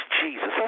Jesus